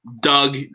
Doug